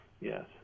yes